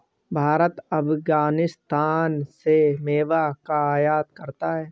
भारत अफगानिस्तान से मेवा का आयात करता है